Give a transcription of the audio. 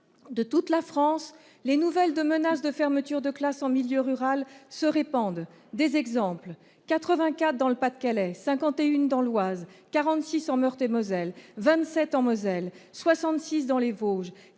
de toute la France, les nouvelles de menaces de fermeture de classe en milieu rural se répandent des exemples, 84 dans le Pas-de-Calais 51 dans l'Oise 46 en Meurthe-et-Moselle 27 en Moselle 66 dans les Vosges